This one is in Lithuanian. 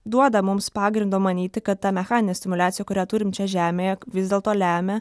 duoda mums pagrindo manyti kad ta mechaninė stimuliacija kurią turim čia žemėje vis dėlto lemia